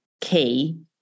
key